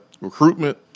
recruitment